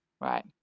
right